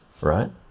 right